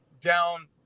down